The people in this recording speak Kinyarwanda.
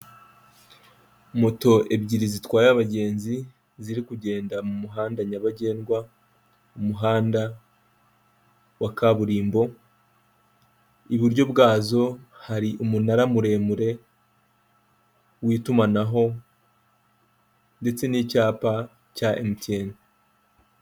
Moto ebyiri zitwaye abagenzi, ziri kugenda mu muhanda nyabagendwa, umuhanda wa kaburimbo, iburyo bwazo hari umunara muremure w'itumanaho, ndetse n'icyapa cya emutiyeni.